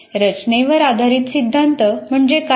रचनेवर आधारित सिद्धांत म्हणजे काय